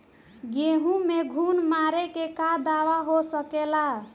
गेहूँ में घुन मारे के का दवा हो सकेला?